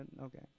Okay